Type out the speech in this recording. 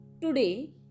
Today